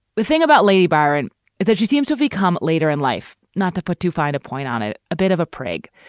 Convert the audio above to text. the thing about lady byron is that she seems to become later in life not to put too fine a point on it. a bit of a prig,